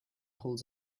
holds